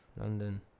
London